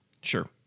Sure